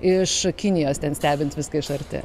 iš kinijos ten stebint viską iš arti